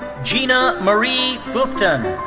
gina marie bufton.